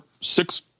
six